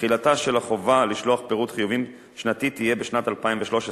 תחילתה של החובה לשלוח פירוט חיובים שנתי תהיה בשנת 2013,